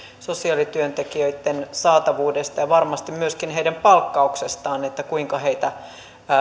sosiaalityöntekijöitten saatavuudesta ja varmasti myöskin heidän palkkauksestaan että kuinka heitä